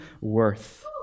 worth